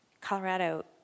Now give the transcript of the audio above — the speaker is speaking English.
Colorado